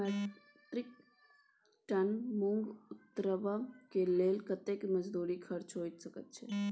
एक metric ton मूंग उतरबा के लेल कतेक मजदूरी खर्च होय सकेत छै?